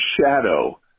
shadow